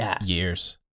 years